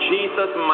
Jesus